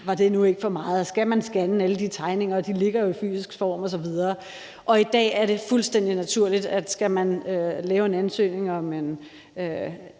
var det nu ikke for meget? Og skal man scanne alle de tegninger? De ligger jo i fysisk form, osv. I dag er det fuldstændig naturligt, at skal man lave en byggeansøgning,